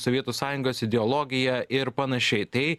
sovietų sąjungos ideologiją ir panašiai tai